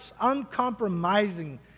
uncompromising